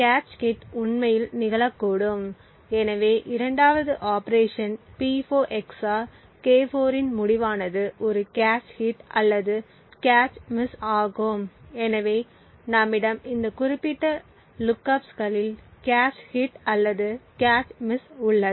cache hit உண்மையில் நிகழக்கூடும் எனவே 2 வது ஆபரேஷன் P4 XOR K4 இன் முடிவானது ஒரு கேச் ஹிட் அல்லது கேச் மிஸ் ஆகும் எனவே நம்மிடம் இந்த குறிப்பிட்ட லுக்கப்ஸ்களில் கேச் ஹிட் அல்லது கேச் மிஸ் உள்ளது